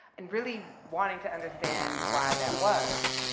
and really wanting to understand why that was.